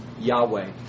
Yahweh